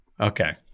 Okay